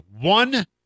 one